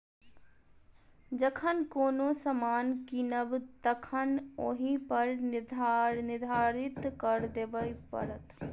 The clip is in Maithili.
जखन कोनो सामान कीनब तखन ओहिपर निर्धारित कर देबय पड़त